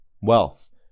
wealth